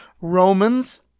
Romans